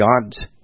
God's